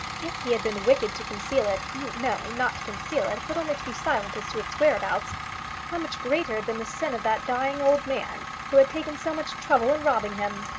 if he had been wicked to conceal it no, not to conceal it, but only to be silent as to its whereabouts how much greater had been the sin of that dying old man who had taken so much trouble in robbing him?